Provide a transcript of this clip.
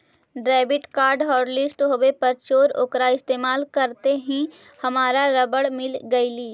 debit card hotlist होवे पर चोर ओकरा इस्तेमाल करते ही हमारा खबर मिल गेलई